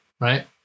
right